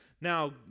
Now